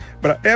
para